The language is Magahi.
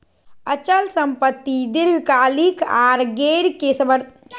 अचल संपत्ति दीर्घकालिक आर गैर वर्तमान सम्पत्ति के रूप मे जानल जा हय